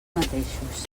mateixos